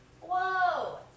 whoa